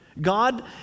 God